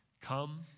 come